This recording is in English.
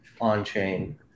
on-chain